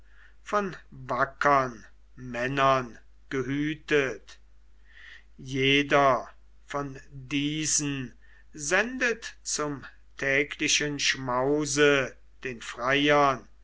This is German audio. von wackern männern gehütet jeder von diesen sendet zum täglichen schmause den freiern